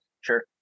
sure